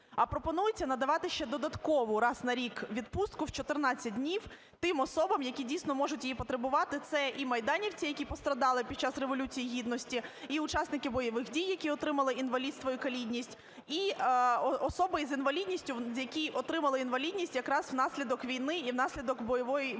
а пропонується надавати ще додаткову раз на рік відпустку в 14 днів тим особам, які дійсно можуть її потребувати. Це і майданівці, які постраждали під час Революції Гідності, і учасники бойових дій, які отримали інвалідність і каліцтво, і особи з інвалідністю, які отримали інвалідність якраз внаслідок війни і внаслідок бойових